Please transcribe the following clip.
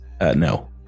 no